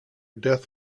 death